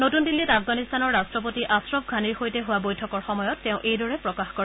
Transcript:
নতুন দিল্লীত আফগানিস্তানৰ ৰাষ্ট্ৰপতি আশ্ৰফ ঘানিৰ সৈতে হোৱা বৈঠকৰ সময়ত তেওঁ এইদৰে প্ৰকাশ কৰে